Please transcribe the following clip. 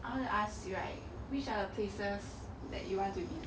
I want to ask you right which are the places that you want to be